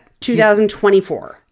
2024